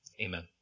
Amen